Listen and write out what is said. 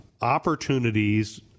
opportunities